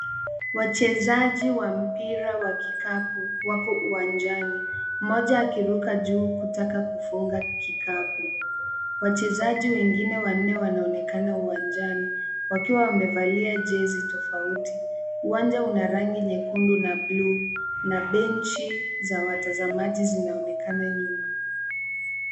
Wachezaji wa mpira wa kikapu wako uwanjani, mmoja akiruka juu kutaka kufunga kikapu. Wachezaji wengine wanne wanaonekana uwanjani wakiwa wamevalia jezi tofauti. Uwanja una rangi nyekundu na buluu na benchi za watazamaji zinaonekana nyuma.